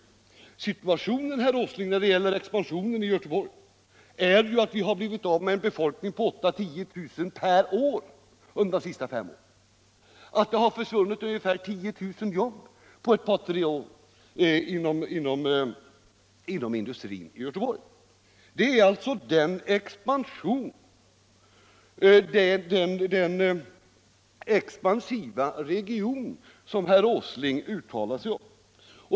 Situationen när det gäller expansionen i Göteborg, herr Åsling, är att vi blivit av med en befolkning på 8 000-10 000 per år under de senaste fem åren och att det har försvunnit ungefär 10 000 jobb på'ett par tre år inom industrin i Göteborg. Det är alltså den expansiva region som herr Åsling uttalar sig om!